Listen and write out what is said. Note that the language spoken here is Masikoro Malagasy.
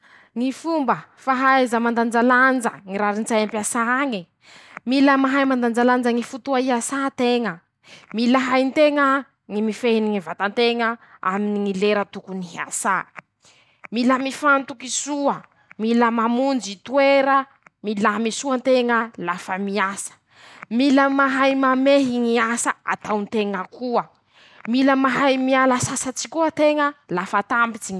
Ñy fomba fahaiza mandanjalanja ñy rarin-tsay ampiasà añe: -Mila mahay mandanjalanja ñy fotoa iasà teña. -Mila hay nteña ñy mifehy any ñy vata teña aminy ñy lera tokony hiasà. -Mila mifantoky soa. -Mila mamonjy toera milamy soa teña lafa miasa. -Mila mahay mamehy ñy asa atao nteña koa. -Mila mahay miala sasatsy koa teña lafa ta.